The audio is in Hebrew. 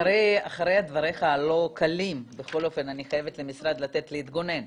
אחרי דבריך הלא קלים אני חייבת לתת למשרד להתגונן.